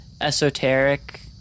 esoteric